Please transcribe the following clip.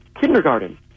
kindergarten